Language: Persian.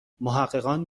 محققان